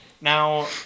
Now